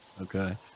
Okay